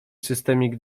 systemik